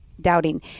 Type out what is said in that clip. doubting